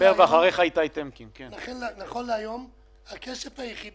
נכון להיום הכסף היחיד